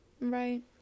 Right